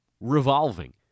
revolving